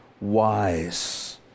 wise